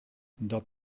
dat